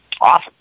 Awesome